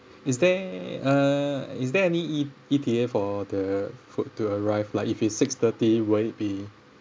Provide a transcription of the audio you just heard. is there uh is there any E E E_T_A for the food to arrive like if it's six thirty will it be